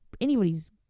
anybody's